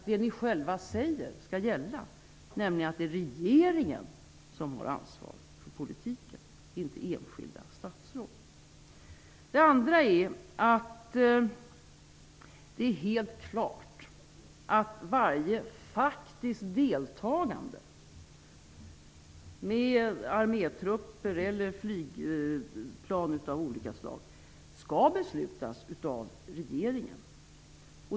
Ni säger ju själva att det som skall gälla är att regeringen har ansvaret för politiken, inte enskilda statsråd. För det andra är det helt klart att varje faktiskt deltagande, med armétrupper eller flygplan av olika slag, skall beslutas av regeringen.